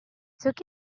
took